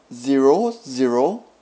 zero zero